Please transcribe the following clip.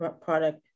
product